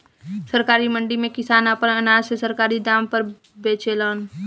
सरकारी मंडी में किसान आपन अनाज के सरकारी दाम पर बेचेलन